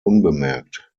unbemerkt